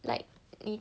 like 你